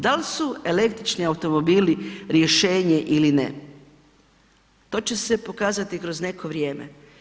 Da li su električni automobili rješenje ili ne, to će se pokazati kroz neko vrijeme.